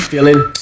Feeling